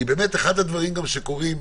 כי אחד הדברים שקורים,